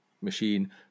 machine